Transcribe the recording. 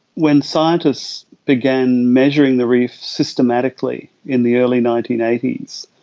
when scientists began measuring the reef systematically in the early nineteen eighty s,